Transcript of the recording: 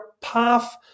path